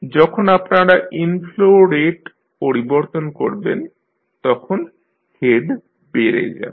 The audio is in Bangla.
যখন আপনারা ইনফ্লো রেট পরিবর্তন করবেন তখন হেড বেড়ে যাবে